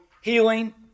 healing